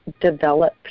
develop